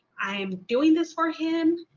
i am doing this for him.